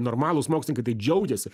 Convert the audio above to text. normalūs mokslininkai tai džiaugiasi